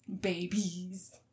Babies